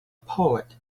poet